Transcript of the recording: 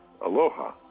Aloha